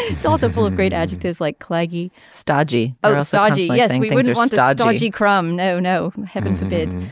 it's also full of great adjectives like leggy stodgy ah stodgy yeah and wanted our georgie crumb. no no. heaven forbid.